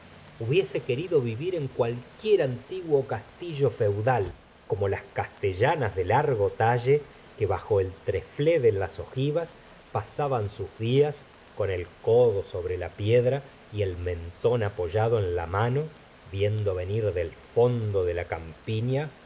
hubiese querido vivir en cualquier antiguo castillo feudal como las castellanas de largo talle que bajo el trerld de las ogivas pasaban sus días con el codo sobre la piedra y el mentón apoyado en la mano viendo venir del fondo de la campiña